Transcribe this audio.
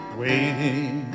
waiting